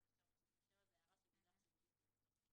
התשל"ז 1977. זו הערה של לילך שבדיוק יצאה.